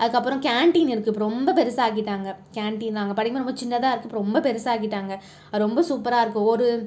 அதுக்கப்புறம் கேண்டீன் இருக்கு இப்போது ரொம்ப பெரிசா ஆக்கிட்டாங்க கேண்டீன் நாங்கள் படிக்கும் போது ரொம்ப சின்னதாக இருக்கும் இப்போது ரொம்ப பெரிசாக ஆக்கிட்டாங்க ரொம்ப சூப்பராக இருக்கும் ஒரு